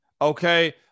okay